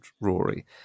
Rory